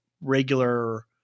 regular